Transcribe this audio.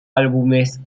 álbumes